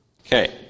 Okay